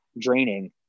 draining